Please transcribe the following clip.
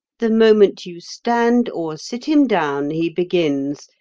the moment you stand or sit him down he begins,